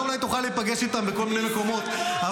אתה אולי תוכל להיפגש איתם בכל מיני מקומות -- מזוודות --- לחמאס.